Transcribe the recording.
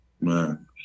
Man